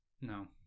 No